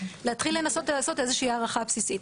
להתחיל לנסות לעשות איזושהי הערכה בסיסית.